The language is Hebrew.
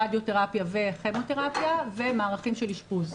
רדיו תרפיה וכימותרפיה ומערכי אשפוז.